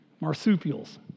Marsupials